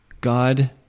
God